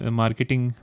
marketing